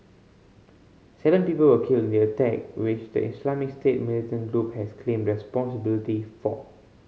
seven people were killed in the attack which the Islamic State militant group has claimed responsibility for